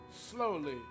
Slowly